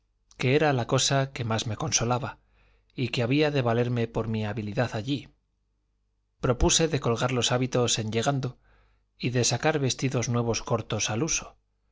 que era la cosa que más me consolaba y que había de valerme por mi habilidad allí propuse de colgar los hábitos en llegando y de sacar vestidos nuevos cortos al uso